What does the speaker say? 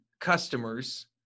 customers